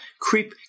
creep